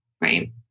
right